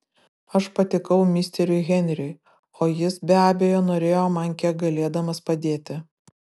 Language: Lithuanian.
aš patikau misteriui henriui o jis be abejo norėjo man kiek galėdamas padėti